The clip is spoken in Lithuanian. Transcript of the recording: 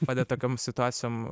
padeda tokiom situacijom